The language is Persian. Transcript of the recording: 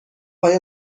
های